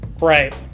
right